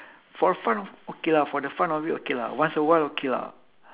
for fun okay lah for the fun of it okay lah once awhile okay lah